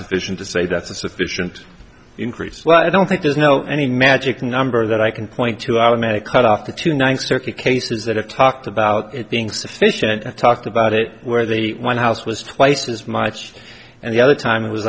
sufficient to say that's a sufficient increase well i don't think there's no any magic number that i can point to our man a cut off the two ninth circuit cases that i've talked about it being sufficient to talk about it where the white house was twice as much and the other time it was